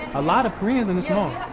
a lot of koreans? and